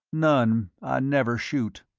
none. i never shoot.